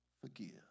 forgive